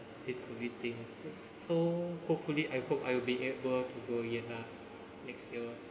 this COVID thing so hopefully I hope I'll be able to go again lah next year